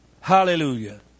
hallelujah